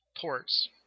ports